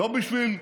לא בשביל אורניום,